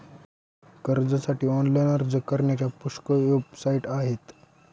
कर्जासाठी ऑनलाइन अर्ज करण्याच्या पुष्कळ वेबसाइट आहेत